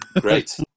Great